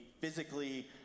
physically